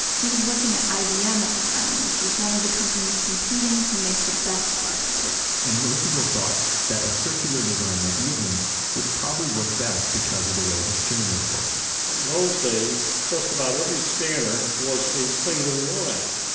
he was working at ibm at the time, which was one of the companies competing to make the best barcode and most people thought that a circular design like woodland's would probably work best because of the way the scanners worked in those days, just about every scanner was a single line.